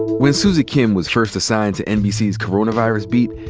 when suzy khimm was first assigned to nbc's coronavirus beat,